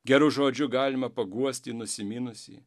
geru žodžiu galima paguosti nusiminusį